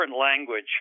language